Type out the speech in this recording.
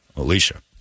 Alicia